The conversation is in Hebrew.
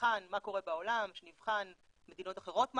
שנבחן מה קורה בעולם, שנבחן מה מדינות אחרות קבעו,